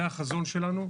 זה החזון שלנו,